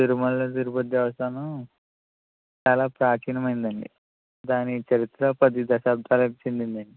తిరుమల తిరుపతి దేవస్థానం చాలా ప్రాచీనమైందండి దాని చరిత్ర పది దశాబ్దాలకి చెందింది